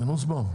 נוסבאום?